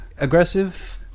aggressive